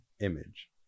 image